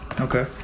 Okay